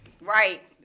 Right